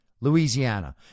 Louisiana